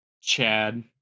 Chad